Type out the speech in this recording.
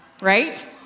right